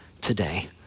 today